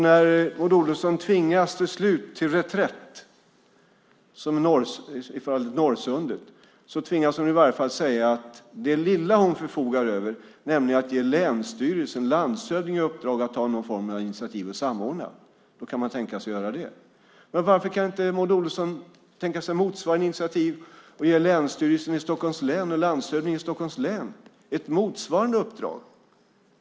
När Maud Olofsson till slut tvingas till reträtt som i fallet Norrsundet tvingas hon i varje fall säga att det lilla hon förfogar över är att ge länsstyrelsen och landshövdingen i uppdrag att ta någon form av initiativ att samordna och att man kan tänka sig att göra det. Varför kan Maud Olofsson inte tänka sig motsvarande initiativ och ge länsstyrelsen och landshövdingen i Stockholms län ett motsvarande uppdrag?